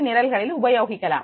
hD நிரல்களில் உபயோகிக்கலாம்